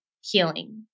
healing